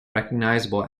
recognizable